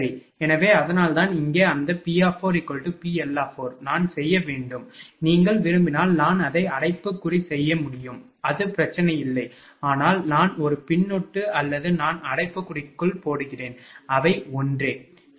எனவே அதனால்தான் இங்கே அந்த P4PL4 நான் செய்ய வேண்டும் நீங்கள் விரும்பினால் நான் அதை அடைப்புக்குறி செய்ய முடியும் அது பிரச்சனை இல்லை ஆனால் நான் ஒரு பின்னொட்டு அல்லது நான் அடைப்புக்குறிக்குள் போடுகிறேன் அவை ஒன்றே சரி